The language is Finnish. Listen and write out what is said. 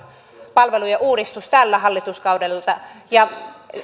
palvelujen uudistus tällä hallituskaudella ja